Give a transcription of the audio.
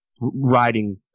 riding